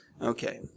Okay